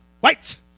Wait